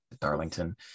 Darlington